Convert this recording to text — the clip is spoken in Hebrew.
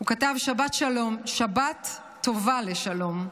הוא כתב: שבת שלום, "שבת טובה לשלום.